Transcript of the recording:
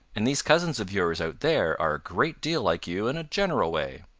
and these cousins of yours out there are a great deal like you in a general way.